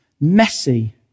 messy